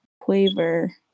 quaver